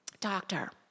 doctor